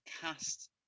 cast